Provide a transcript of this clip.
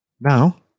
Now